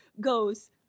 goes